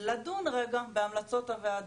לדון רגע בהמלצות הוועדה.